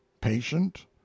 patient